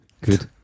Good